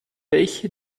welche